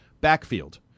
Backfield